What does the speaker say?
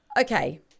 Okay